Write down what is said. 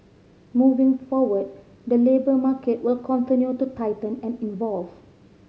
moving forward the labour market will continue to tighten and evolve